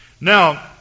Now